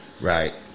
right